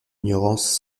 ignorance